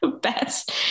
Best